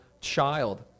child